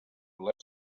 bless